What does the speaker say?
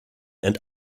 and